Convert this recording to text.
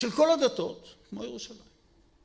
‫של כל הדתות, כמו ירושלים.